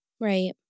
Right